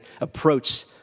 approach